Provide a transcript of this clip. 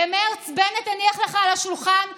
במרץ בנט הניח לך על השולחן תוכנית.